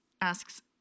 asks